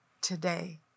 today